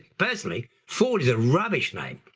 personally ford is a rubbish name.